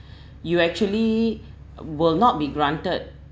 you actually will not be granted